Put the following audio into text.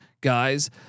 guys